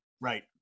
Right